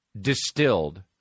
distilled